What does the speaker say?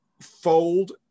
fold